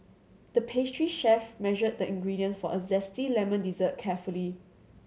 the pastry chef measured the ingredients for a zesty lemon dessert carefully